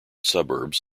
suburbs